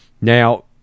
Now